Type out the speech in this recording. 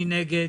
מי נגד?